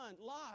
Lot